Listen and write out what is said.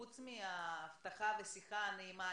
חוץ מההבטחה והשיחה הנעימה,